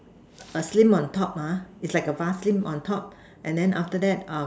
a slim on top ha is like a vase slim on top and then after that err